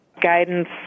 guidance